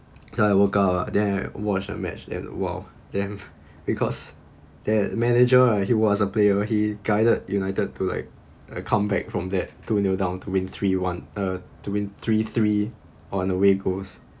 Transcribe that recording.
so I woke up then I watch the match then !wow! them because their manager ah he was a player he guided united to like a comeback from that two nil down to win three one uh to win three three on away goals